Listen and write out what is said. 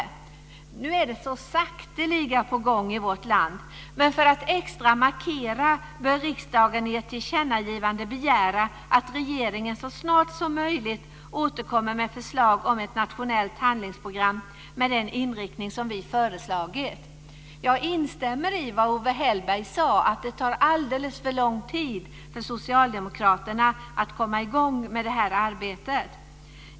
Nu är det så sakteliga på gång i vårt land, men för att göra en extra markering bör riksdagen i ett tillkännagivande begära att regeringen så snart som möjligt återkommer med förslag om ett nationellt handlingsprogram med den inriktning som vi föreslagit. Jag instämmer i vad Owe Hellberg sade: Det tar alldeles för lång tid för socialdemokraterna att komma i gång med det här arbetet.